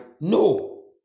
No